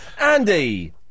Andy